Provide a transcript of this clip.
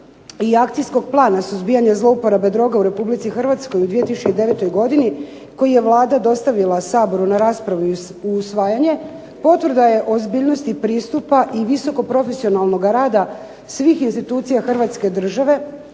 i Akcijskog plana suzbijanja zlouporabe droga u Republici Hrvatskoj u 2009. godini koji je Vlada dostavila Saboru na raspravu i usvajanje potvrda je ozbiljnosti pristupa i visoko profesionalnoga rada svih institucija Hrvatske države